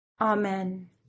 Amen